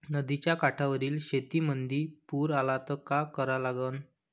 नदीच्या काठावरील शेतीमंदी पूर आला त का करा लागन?